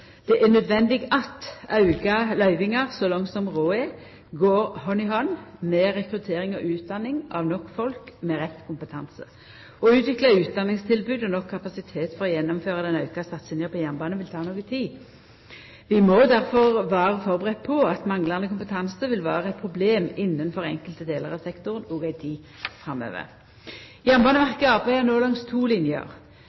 er, går hand i hand med rekruttering og utdanning av nok folk med rett kompetanse. Å utvikla utdanningstilbod og nok kapasitet for å gjennomføra den auka satsinga på jernbane vil ta noko tid. Vi må difor vera budde på at manglande kompetanse vil vera eit problem innanfor enkelte delar av sektoren òg ei tid framover.